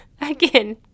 Again